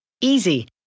Easy